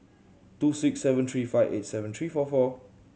two six seven three five eight seven three four four